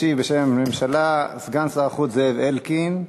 ישיב בשם הממשלה סגן שר החוץ זאב אלקין.